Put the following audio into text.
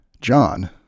John